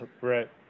right